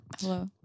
Hello